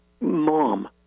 mom